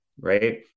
Right